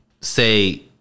say